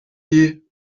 die